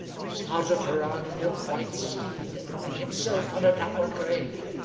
he's mounted her on a milk-white steed, and himself on a dapple grey,